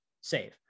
save